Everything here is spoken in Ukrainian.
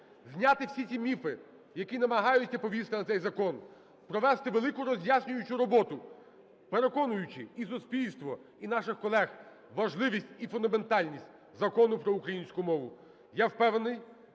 зняти ці всі міфи, які намагаються повісити на цей закон, провести велику роз'яснюючу роботу, переконуючи і суспільство, і наших колег – важливість і фундаментальність Закону про українську мову. Я впевнений,